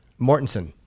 Mortensen